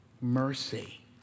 mercy